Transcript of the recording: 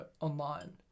online